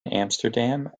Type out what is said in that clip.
amsterdam